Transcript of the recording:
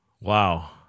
Wow